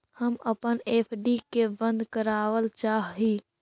हम अपन एफ.डी के बंद करावल चाह ही